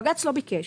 בג"ץ לא ביקש.